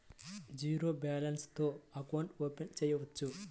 Zero balance తో account open చేయవచ్చు?